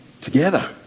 together